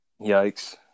Yikes